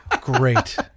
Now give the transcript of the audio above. Great